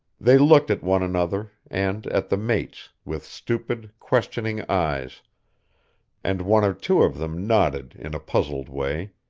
they looked at one another, and at the mates, with stupid, questioning eyes and one or two of them nodded in a puzzled way,